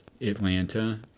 Atlanta